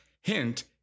Hint